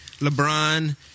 LeBron